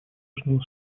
южного